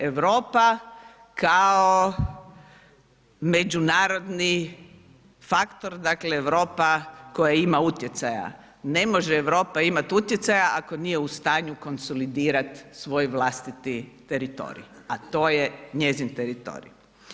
Europa kao međunarodni faktor, dakle Europa koja ima utjecaja, ne može Europa imati utjecaja ako nije u stanju konsolidirat svoj vlastiti teritorij a to je njezin teritorij.